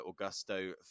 Augusto